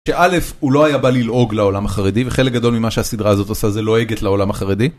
שא' הוא לא היה בא ללעוג לעולם החרדי וחלק גדול ממה שהסדרה הזאת עושה זה לועגת לעולם החרדי.